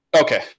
okay